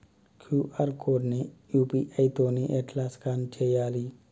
QR code ని UPI తోని ఎట్లా స్కాన్ చేయాలి?